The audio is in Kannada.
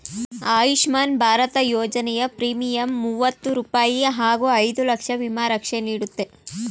ಆಯುಷ್ಮಾನ್ ಭಾರತ ಯೋಜನೆಯ ಪ್ರೀಮಿಯಂ ಮೂವತ್ತು ರೂಪಾಯಿ ಹಾಗೂ ಐದು ಲಕ್ಷ ವಿಮಾ ರಕ್ಷೆ ನೀಡುತ್ತೆ